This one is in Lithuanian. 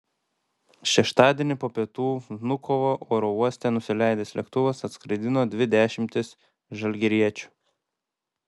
šeštadienį po pietų vnukovo oro uoste nusileidęs lėktuvas atskraidino dvi dešimtis žalgiriečių